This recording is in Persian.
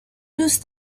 دوست